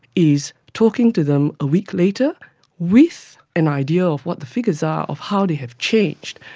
is talking to them a week later with an idea of what the figures are, of how they have changed.